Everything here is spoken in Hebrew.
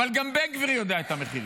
אבל גם בן גביר יודע את המחירים,